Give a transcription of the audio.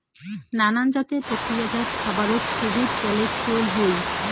নানান জাতের প্রক্রিয়াজাত খাবারত খেজুর ত্যালের চইল হই